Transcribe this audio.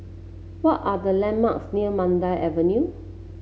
what are the landmarks near Mandai Avenue